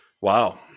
wow